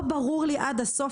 לא ברור לי עד הסוף,